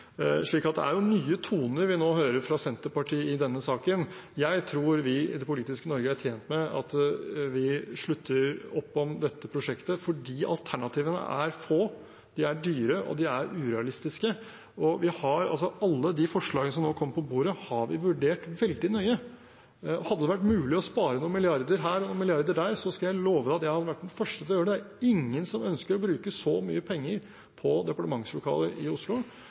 det er jo nye toner vi nå hører fra Senterpartiet i denne saken. Jeg tror vi i det politiske Norge er tjent med at vi slutter opp om dette prosjektet, fordi alternativene er få, de er dyre, og de er urealistiske. Alle de forslagene som nå kommer på bordet, har vi vurdert veldig nøye. Hadde det vært mulig å spare noen milliarder her og noen milliarder der, skal jeg love at jeg hadde vært den første til å gjøre det. Det er ingen som ønsker å bruke så mye penger på departementslokaler i Oslo,